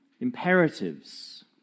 imperatives